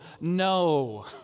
no